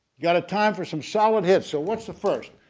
got a time for some solid hits so what's the first?